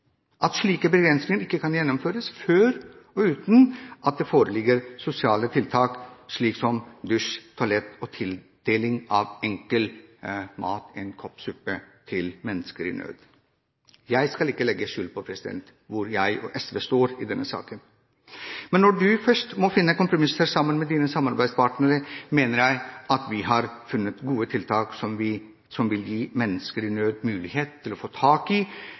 Og slike begrensninger kan ikke gjennomføres før, og uten at, det foreligger sosiale tiltak som dusj, toalett og tildeling av enkel mat, en kopp suppe, til mennesker i nød. Jeg skal ikke legge skjul på hvor jeg og SV står i denne saken, men når man først må finne kompromisser sammen med sine samarbeidspartnere, mener jeg at vi har funnet gode tiltak som vil gi mennesker i nød mulighet til å få tak i